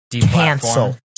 cancel